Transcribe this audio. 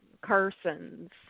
Carson's